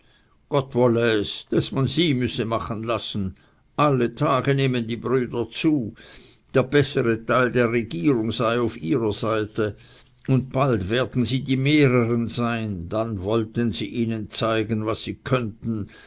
gott wolle es daß man sie müsse machen lassen alle tage nehmen die brüder zu der bessere teil der regierig sei auf ihrer seite und bald werden sie die mehreren sein dann wollten sie ihnen zeigen was sie könnten